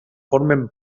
formen